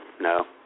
No